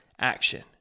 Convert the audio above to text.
action